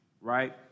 right